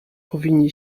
powinni